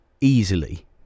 easily